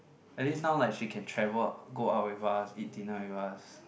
at least now like she can travel go out with us eat dinner with us